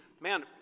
man